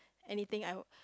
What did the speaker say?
anything I